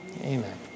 Amen